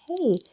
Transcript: hey